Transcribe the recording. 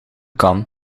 kan